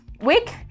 week